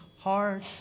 hard